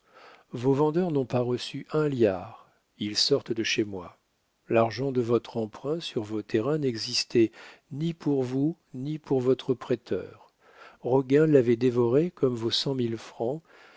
vos vendeurs n'ont pas reçu un liard ils sortent de chez moi l'argent de votre emprunt sur vos terrains n'existait ni pour vous ni pour votre prêteur roguin l'avait dévoré comme vos cent mille francs